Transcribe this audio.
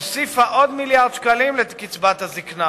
הוסיפה עוד מיליארד שקלים לקצבת הזיקנה,